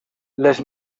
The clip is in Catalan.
les